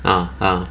ah ah